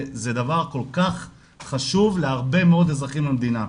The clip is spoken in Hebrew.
זה דבר כל כך חשוב להרבה מאוד אזרחים במדינה.